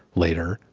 later,